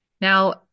Now